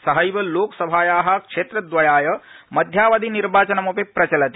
सहैब लोकसभाया क्षेत्रद्वयाय मध्यावधि निर्वाचनमपि प्रचलति